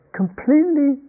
completely